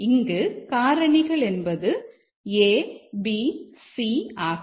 ஆகவே காரணிகள் என்பது a b c ஆகும்